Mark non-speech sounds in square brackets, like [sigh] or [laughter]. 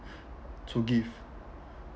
[breath] to give